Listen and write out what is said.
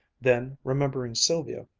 then, remembering sylvia,